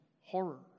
horror